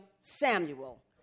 Samuel